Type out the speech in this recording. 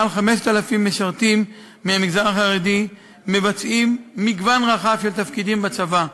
מעל 5,000 משרתים מהמגזר החרדי מבצעים מגוון רחב של תפקידים בצבא,